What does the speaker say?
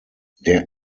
der